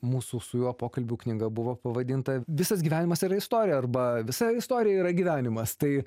mūsų su juo pokalbių knyga buvo pavadinta visas gyvenimas yra istorija arba visa istorija yra gyvenimas tai